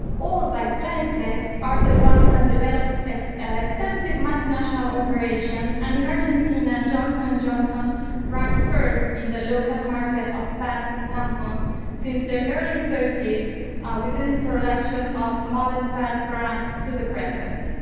all by playtex are the ones that developed extensive extensive multinational corporations and in argentina, johnson and johnson ranked first in the local market of pads and tampons since the early thirty s with introduction of modest past brand to the present.